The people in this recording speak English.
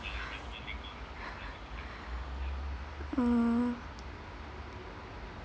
err